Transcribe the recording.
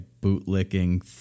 bootlicking